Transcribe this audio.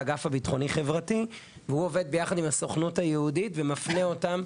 האגף הביטחוני-חברתי והוא עובד ביחד עם הסוכנות היהודית ומפנה אותם,